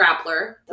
Grappler